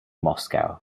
moscow